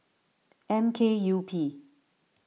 M K U P